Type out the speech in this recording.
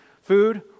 food